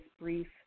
brief